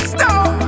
Stop